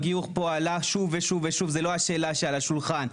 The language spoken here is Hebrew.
הגיור פה עלה שוב ושוב, זו לא השאלה שעל השולחן.